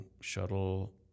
shuttle